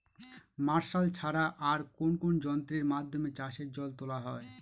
Martial ছাড়া আর কোন কোন যন্ত্রেরর মাধ্যমে চাষের জল তোলা হয়?